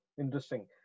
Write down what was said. interesting